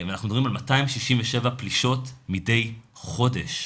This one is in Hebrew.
אנחנו מדברים על 267 פלישות מדי חודש.